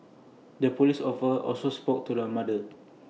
the Police offer also spoke to the mother